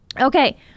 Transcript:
Okay